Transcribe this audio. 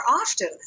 often